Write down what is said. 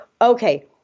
okay